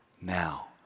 now